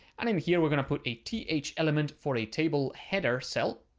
and in here we're going to put a th element for a table header cell.